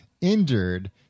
injured